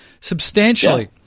substantially